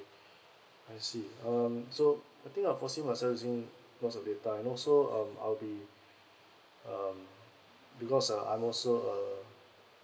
I see um so I think I'll foresee myself using lots of data you know so um I'll be um because uh I'm also a